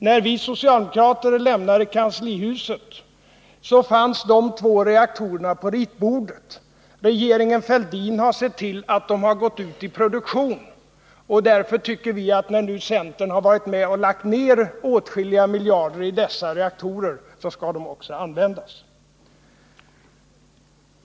När vi socialdemokrater lämnade kanslihuset fanns de två reaktorerna på ritbordet. Regeringen Fälldin har sett till att de förts ut i produktion. Därför tycker vi att när nu centern har varit med och lagt ned åtskilliga miljarder i dessa reaktorer, så skall de också användas.